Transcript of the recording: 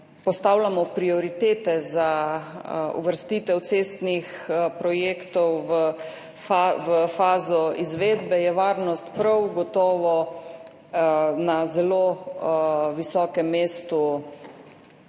postavljamo prioritete za uvrstitev cestnih projektov v fazo izvedbe, je varnost prav gotovo na zelo visokem mestu,